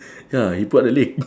ya he put up the leg